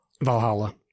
Valhalla